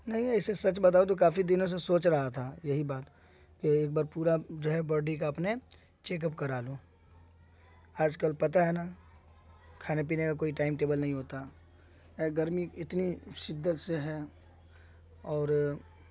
نہیں ایسے سچ بتاؤں تو کافی دنوں سے سوچ رہا تھا یہی بات کہ ایک بار پورا جو ہے باڈی کا اپنے چیک اپ کرا لوں آج کل پتا ہے نا کھانے پینے کا کوئی ٹائمٹیبل نہیں ہوتا گرمی اتنی شدت سے ہے اور